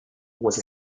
was